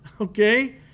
okay